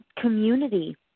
community